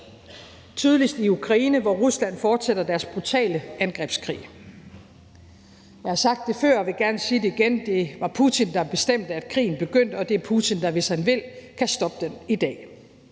tydeligst i Ukraine, hvor Rusland fortsætter sin brutale angrebskrig. Jeg har sagt det før og vil gerne sige det igen: Det var Putin, der bestemte, at krigen begyndte, og det er Putin, der, hvis han vil, kan stoppe den i dag